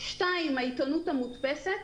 2. העיתונות המודפסת.